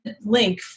link